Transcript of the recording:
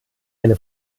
eine